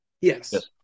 Yes